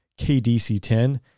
KDC-10